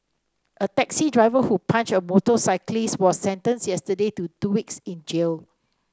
a taxi driver who punched a motorcyclist was sentenced yesterday to two weeks in jail